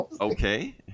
Okay